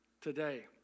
Today